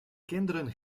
kinderen